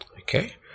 Okay